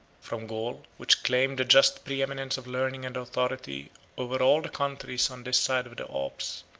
from gaul, which claimed a just preeminence of learning and authority over all the countries on this side of the alps,